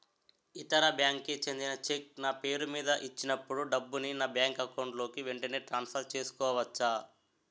ఇతర బ్యాంక్ కి చెందిన చెక్ నా పేరుమీద ఇచ్చినప్పుడు డబ్బుని నా బ్యాంక్ అకౌంట్ లోక్ వెంటనే ట్రాన్సఫర్ చేసుకోవచ్చా?